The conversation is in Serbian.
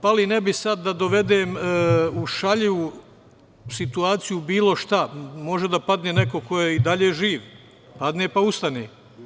Pali, ne bi sada da dovedem u šaljivu situaciju bilo šta, može da padne neko ko je i dalje živ, padne pa ustane.